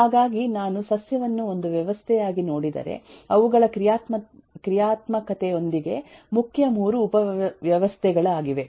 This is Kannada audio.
ಹಾಗಾಗಿ ನಾನು ಸಸ್ಯವನ್ನು ಒಂದು ವ್ಯವಸ್ಥೆಯಾಗಿ ನೋಡಿದರೆ ಅವುಗಳ ಕ್ರಿಯಾತ್ಮಕತೆಯೊಂದಿಗೆ ಮುಖ್ಯ 3 ಉಪವ್ಯವಸ್ಥೆಗಳಾಗಿವೆ